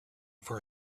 for